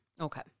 Okay